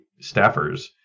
staffers